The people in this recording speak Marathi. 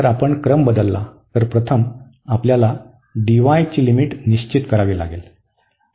जर आपण क्रम बदलला तर प्रथम आपल्याला dy ची लिमिट निश्चित करावी लागेल